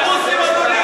אז אין לך מה להגיד?